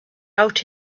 out